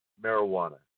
marijuana